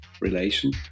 relation